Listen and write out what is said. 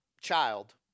child